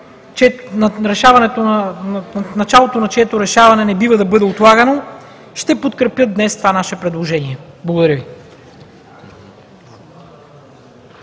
началото на чието решаване не бива да бъде отлагано, ще подкрепят днес това наше предложение. Благодаря Ви.